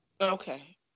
Okay